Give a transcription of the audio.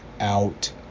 out